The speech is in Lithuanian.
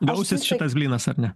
gausis šitas blynas ar ne